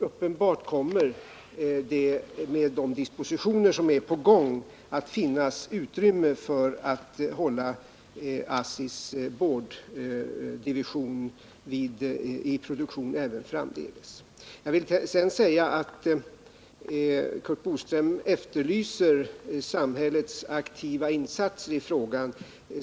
Uppenbarligen kommer det med de dispositioner som är på gång att finnas utrymme för ASSI:s produktion även framdeles. Curt Boström efterlyser samhällets aktiva insatser i frågan.